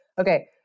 Okay